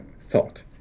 thought